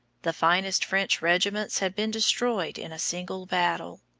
the finest french regiments had been destroyed in a single battle.